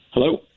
Hello